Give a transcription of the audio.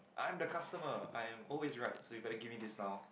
I'm the customer I am always right so you better give me this now